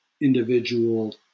individual